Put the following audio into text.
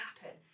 happen